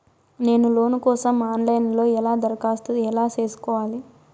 నేను లోను కోసం online లో ఎలా దరఖాస్తు ఎలా సేసుకోవాలి?